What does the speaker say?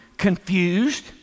confused